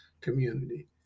community